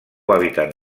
hàbitat